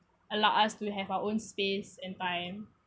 allow us to have our own space and time